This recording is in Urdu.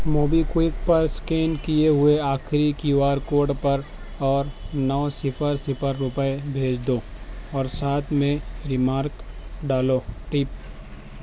موبی کوئک پر اسکین کیے ہوئے آخری کیو آر کوڈ پر اور نو صفر صفر روپئے بھیج دو اور ساتھ میں ریمارک ڈالو ٹپ